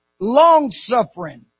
long-suffering